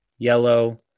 Yellow